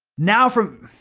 now from.